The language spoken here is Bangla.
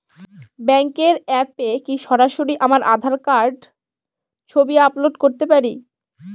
ব্যাংকের অ্যাপ এ কি সরাসরি আমার আঁধার কার্ড র ছবি আপলোড করতে পারি?